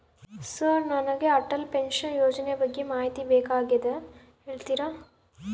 Sir ನನಗೆ Atal pension ಯೋಜನೆ ಬಗ್ಗೆ ಮಾಹಿತಿ ಬೇಕಾಗ್ಯದ ಹೇಳ್ತೇರಾ?